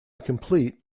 complete